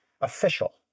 official